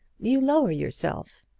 you lower yourself.